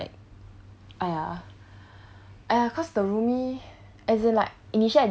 so I don't know lah like !aiya! !aiya! cause the roomie